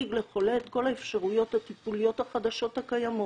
להציג לחולה את כל האפשרויות הטיפוליות החדשות הקיימות,